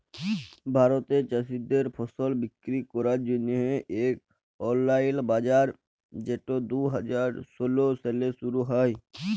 ভারতে চাষীদের ফসল বিক্কিরি ক্যরার জ্যনহে ইক অললাইল বাজার যেট দু হাজার ষোল সালে শুরু হ্যয়